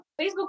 Facebook